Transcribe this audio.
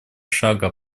шага